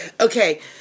Okay